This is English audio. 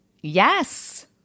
Yes